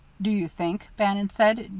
do you think, bannon said,